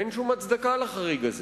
ואין שום הצדקה לחריג הזה.